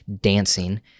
dancing